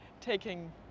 taking